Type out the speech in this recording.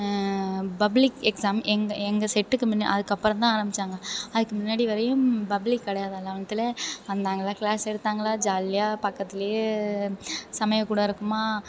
public exam எங்கள் எங்கள் செட்டுக்கு முன்ன அதுக்கப்புறந்தான் ஆரம்பித்தாங்க அதுக்கு முன்னாடி வரையும் பப்ளிக் கிடையாதா லெவன்த்தில் வந்தாங்களா க்ளாஸ் எடுத்தாங்களா ஜாலியாக பக்கத்திலேயே சமையல் கூடம் இருக்குமா